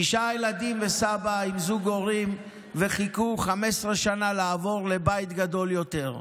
תשעה ילדים וסבא עם זוג הורים חיכו 15 שנה כדי לעבור לבית גדול יותר,